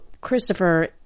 Christopher